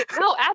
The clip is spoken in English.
No